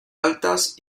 altas